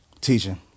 Teaching